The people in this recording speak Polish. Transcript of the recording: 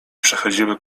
przechodziły